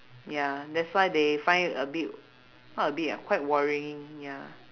ya that's why they find it a bit not a bit ah quite worrying ya